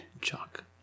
Chuck